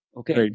okay